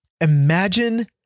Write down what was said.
imagine